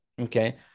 okay